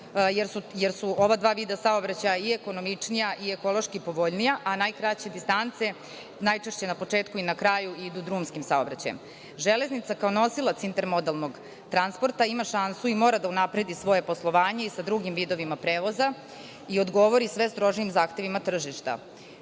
jer su ova dva vida saobraćaja i ekonomičnija i ekološki povoljnija, a najkraće distance najčešće na početku i na kraju idu drumskim saobraćajem. Železnica kao nosilac intermodalnog transporta ima šansu i mora da unapredi svoje poslovanje i sa drugim vidovima prevoza i odgovori sve strožijim zahtevima tržišta.U